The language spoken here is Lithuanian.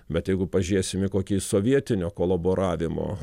bet jeigu pažiūrėsim į kokį sovietinio kolaboravimo